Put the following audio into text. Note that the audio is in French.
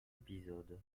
épisodes